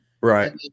right